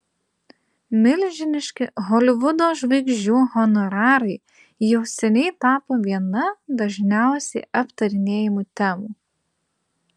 milžiniški holivudo žvaigždžių honorarai jau seniai tapo viena dažniausiai aptarinėjamų temų